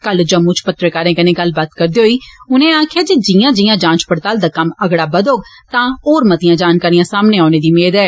कल जम्मू च पत्रकारें कन्नै गल्लबात करदे होई उने आखेआ जे जिआं जिआं जांच पड़ताल दा कम्म अगड़ा बघोग तां होर मतियां जानकारिआं सामने औने दी मेद ऐ